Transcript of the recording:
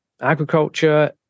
agriculture